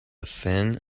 thin